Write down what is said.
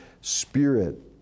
spirit